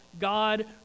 God